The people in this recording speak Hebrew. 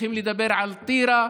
צריכים לדבר על טירה,